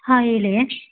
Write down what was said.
ಹಾಂ ಹೇಳಿ